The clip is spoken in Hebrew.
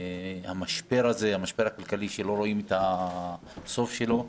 המשבר הכלכלי, שלא רואים את הסוף שלו.